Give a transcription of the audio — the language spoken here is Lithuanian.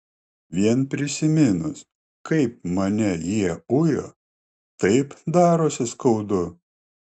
vien prisiminus kaip mane jie ujo taip darosi skaudu